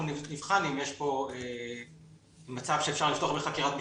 נבחן אם יש פה מצב שאפשר לפתוח בחקירת משמעת,